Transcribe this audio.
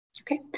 Okay